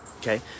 okay